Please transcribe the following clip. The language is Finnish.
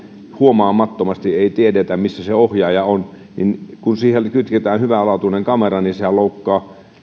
huomaamattomasti ei tiedetä missä se ohjaaja on kun niihin kytketään hyvälaatuinen kamera loukkaavat